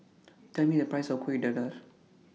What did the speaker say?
Tell Me The Price of Kueh Dadar